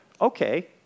okay